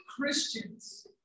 Christians